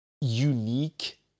unique